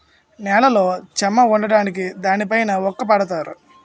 నేలలో చెమ్మ ఉండడానికి దానిపైన ఊక పరుత్తారు